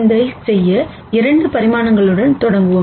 இதைச் செய்ய 2 பரிமாணங்களுடன் தொடங்குவோம்